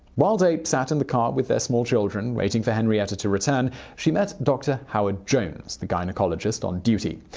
while day sat in the car with their small children, waiting for henrietta to return, she met dr. howard jones, the gynecologist on duty.